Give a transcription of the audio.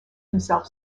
himself